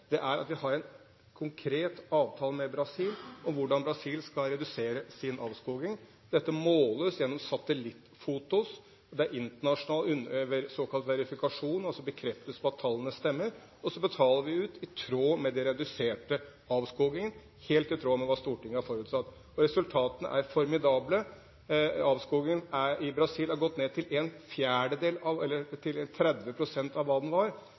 at vi har en konkret avtale med Brasil om hvordan de skal redusere sin avskoging. Dette måles gjennom satellittfotografier, og det er internasjonal såkalt verifikasjon – altså bekreftelse på at tallene stemmer. Så betaler vi ut i tråd med den reduserte avskogingen – helt i tråd med hva Stortinget har forutsatt. Resultatene er formidable. Avskogingen i Brasil har gått ned til 30 pst. av hva den var. Selvsagt kan ikke avskogingen i Brasil stoppe fra den